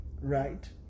right